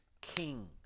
king